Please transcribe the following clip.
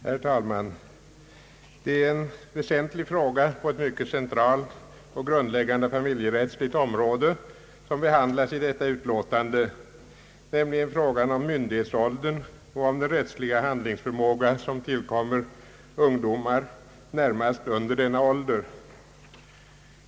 Herr talman! Det är en väsentlig fråga på ett mycket centralt och grundläggande familjerättsligt område som behandlas i detta utlåtande, nämligen frågan om myndighetsåldern och com den rättsliga handlingsförmåga som tillkommer ungdomar närmast under denna ålder.